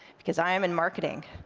because i am in marketing,